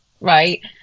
right